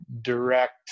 direct